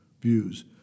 views